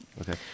Okay